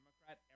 Democrat